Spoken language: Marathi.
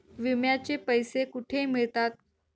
विम्याचे पैसे कुठे मिळतात?